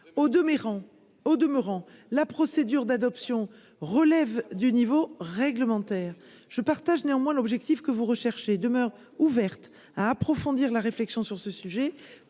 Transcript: au demeurant, la procédure d'adoption relève du niveau réglementaire, je partage néanmoins l'objectif que vous recherchez demeure ouverte à approfondir la réflexion sur ce sujet